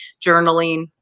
journaling